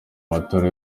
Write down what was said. matora